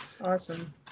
Awesome